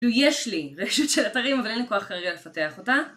יש לי רשת של אתרים אבל אין לי כוח כרגע לפתח אותה